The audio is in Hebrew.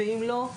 אם לא,